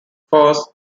first